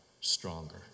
stronger